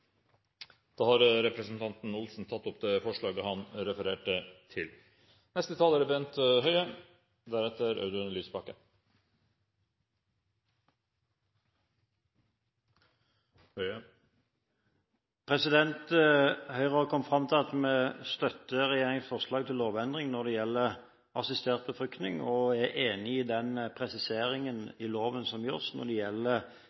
Da har representanten Per Arne Olsen tatt opp det forslaget han refererte til. Høyre har kommet fram til at vi støtter regjeringens forslag til lovendring når det gjelder assistert befruktning, og er enig i den presiseringen i loven som gjøres når det gjelder